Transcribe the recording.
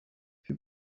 wir